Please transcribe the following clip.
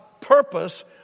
purpose